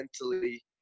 mentally